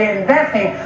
investing